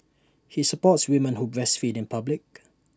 he supports women who breastfeed in public